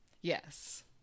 Yes